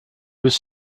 was